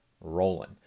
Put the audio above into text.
rolling